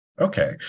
Okay